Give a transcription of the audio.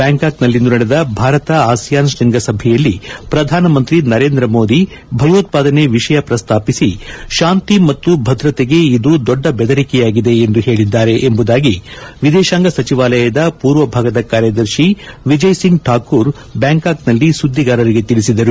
ಬ್ಲಾಂಕಾಕ್ನಲ್ಲಿಂದು ನಡೆದ ಭಾರತ ಆಸಿಯಾನ್ ಶ್ವಂಗಸಭೆಯಲ್ಲಿ ಪ್ರಧಾನಮಂತ್ರಿ ನರೇಂದ್ರ ಮೋದಿ ಭಯೋತ್ವಾದನೆ ವಿಷಯ ಪ್ರಸ್ತಾಪಿಸಿ ಶಾಂತಿ ಮತ್ತು ಭದ್ರತೆಗೆ ಇದು ದೊಡ್ಡ ಬೆದರಿಕೆಯಾಗಿದೆ ಎಂದು ಹೇಳಿದ್ದಾರೆ ಎಂಬುದಾಗಿ ವಿದೇಶಾಂಗ ಸಚಿವಾಲಯದ ಪೂರ್ವ ಭಾಗದ ಕಾರ್ಯದರ್ಶಿ ವಿಜಯ್ ಸಿಂಗ್ ಠಾಕೂರ್ ಬ್ಲಾಂಕಾಂಕ್ನಲ್ಲಿ ಸುದ್ಲಿಗಾರರಿಗೆ ತಿಳಿಸಿದ್ದಾರೆ